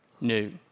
new